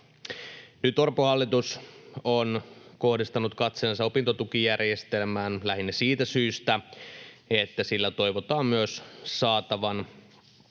Nyt Orpon hallitus on kohdistanut katseensa opintotukijärjestelmään lähinnä siitä syystä, että sillä toivotaan myös saatavan